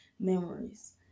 memories